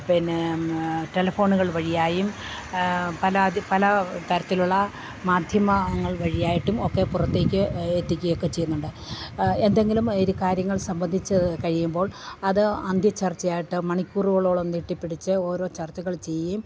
പിന്നെ ടെലിഫോണുകൾ വഴിയായും പല അത് പല തരത്തിലുള്ള മാധ്യമങ്ങൾ വഴിയായിട്ടും ഒക്കെ പുറത്തേക്ക് എത്തിക്കുകയൊക്കെ ചെയ്യുന്നുണ്ട് എന്തെങ്കിലും ഒരു കാര്യങ്ങൾ സംബന്ധിച്ച് കഴിയുമ്പോൾ അത് അന്തി ചർച്ചയായിട്ട് മണിക്കൂറുകളോളം നീട്ടി പിടിച്ച് ഓരോ ചർച്ചകൾ ചെയ്യും